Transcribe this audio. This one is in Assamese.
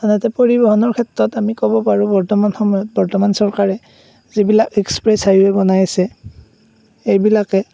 আনহাতে পৰিবহণৰ ক্ষেত্ৰত আমি ক'ব পাৰোঁ বৰ্তমান সময়ত বৰ্তমান চৰকাৰে যিবিলাক এক্সপ্ৰেছ হাইৱে বনাই আছে এইবিলাকে